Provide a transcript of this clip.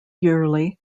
yearly